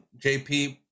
JP